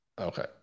Okay